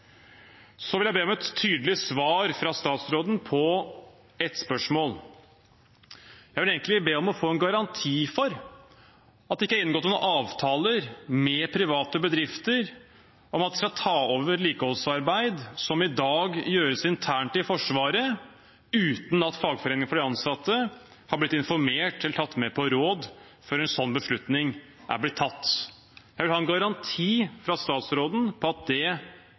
vil be om et tydelig svar fra statsråden på et spørsmål. Jeg vil egentlig be om å få en garanti for at det ikke er inngått noen avtaler med private bedrifter om at de skal ta over vedlikeholdsarbeid som i dag gjøres internt i Forsvaret, uten at fagforeningene for de ansatte har blitt informert eller er tatt med på råd før en slik beslutning er blitt tatt. Jeg vil ha en garanti fra statsråden på at det